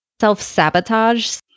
self-sabotage